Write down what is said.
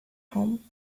home